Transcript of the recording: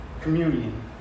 communion